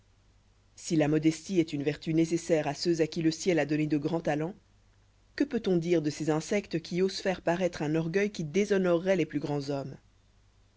si la modestie est une vertu nécessaire à ceux à qui le ciel a donné de grands talents que peut-on dire de ces insectes qui osent faire paroître un orgueil qui déshonoreroit les plus grands hommes